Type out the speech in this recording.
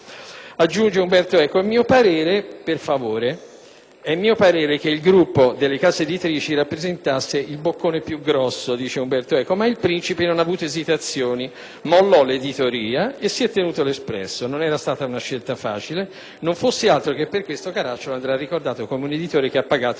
Aggiunge Umberto Eco: «È mio parere che il gruppo delle case editrici rappresentasse il boccone più grosso, ma il "principe" non ha avuto esitazioni. Ha mollato l'editoria e si è tenuto l'espresso. Non era stata una scelta facile e non fosse altro che per questo Caracciolo andrà ricordato come un editore che ha pagato per